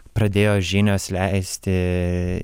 pradėjo žinios leisti